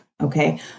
okay